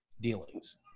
dealings